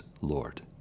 Lord